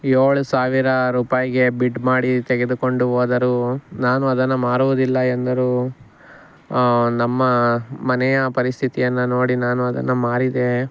ಏಳು ಸಾವಿರ ರೂಪಾಯಿಗೆ ಬಿಡ್ ಮಾಡಿ ತೆಗೆದುಕೊಂಡು ಹೋದರು ನಾನು ಅದನ್ನು ಮಾರುವುದಿಲ್ಲ ಎಂದರೂ ನಮ್ಮ ಮನೆಯ ಪರಿಸ್ಥಿತಿಯನ್ನು ನೋಡಿ ನಾನು ಅದನ್ನು ಮಾರಿದೆ